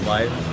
Life